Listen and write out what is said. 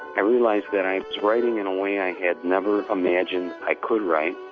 i realized that i was writing in a way i had never imagined i could write.